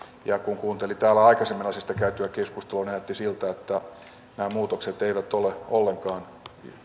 ja kun kuuntelin täällä aikaisemmin asiasta käytyä keskustelua näytti siltä että nämä muutokset eivät ole ollenkaan